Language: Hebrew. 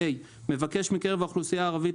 מבקש מקרב האוכלוסייה הערבית,